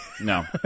No